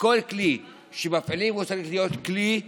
כל כלי שמפעילים צריך להיות כלי שוויוני.